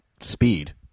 speed